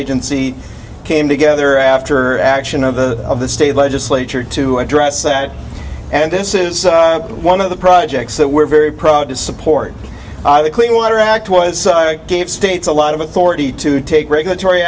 agency came together after action of the of the state legislature to address that and this is one of the projects that we're very proud to support the clean water act was so i gave states a a lot of authority to take regulatory